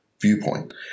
viewpoint